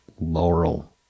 laurel